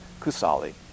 Kusali